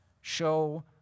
show